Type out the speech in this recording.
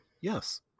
Yes